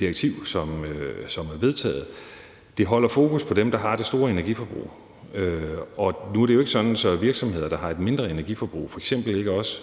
direktiv, der er vedtaget. Det holder fokus på dem, der har det store energiforbrug. Og nu er det jo ikke sådan, at virksomheder, der har et mindre energiforbrug, ikke også